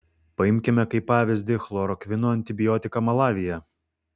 paimkime kaip pavyzdį chlorokvino antibiotiką malavyje